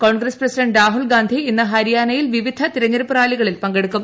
Congress president Rahul Gandhi ഇന്ന് ഹരിയാനയിൽ വിവിധ തെരഞ്ഞെടുപ്പ് റാലികളിൽ പങ്കെടുക്കും